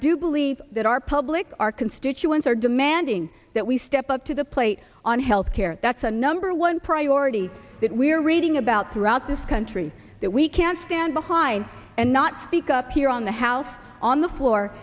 do believe that our public our constituents are demanding that we step up to the plate on health care that's a number one priority that we're reading about throughout this country that we can stand behind and not speak up here on the house on the floor